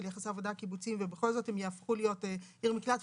יחסי עבודה קיבוציים ובכל זאת הם יהפכו להיות עיר מקלט,